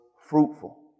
fruitful